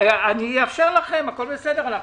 אאפשר לכם להתייחס, הכול בסדר.